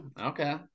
okay